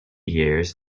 years